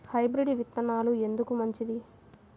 Hybrid విత్తనాలు ఎందుకు మంచిది?